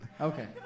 Okay